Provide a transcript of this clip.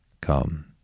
Come